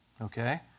Okay